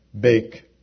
bake